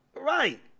Right